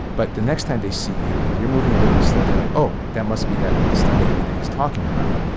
but the next time they see you and you're moving a little bit slow, they're like, oh, that must be that dystonia thing that he's talking about.